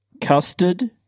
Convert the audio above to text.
custard